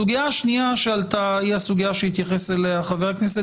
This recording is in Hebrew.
הסוגיה השנייה שעלתה היא הסוגיה שהתייחס אליה חבר הכנסת